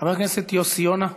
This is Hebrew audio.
חבר הכנסת יוסי יונה,